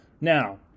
Now